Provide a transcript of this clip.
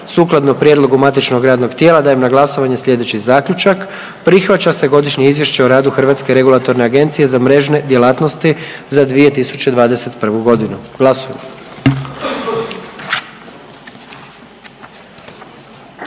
Sukladno prijedlogu matičnog radnog tijela dajem na glasovanje slijedeći Zaključak. Prihvaća se Godišnje izvješće o radu Hrvatske regulatorne agencije za mrežne djelatnosti za 2021. godinu.